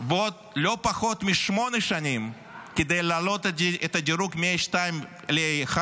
ועוד לא פחות משמונה שנים כדי להעלות את הדירוג מ-A2 ל-A1.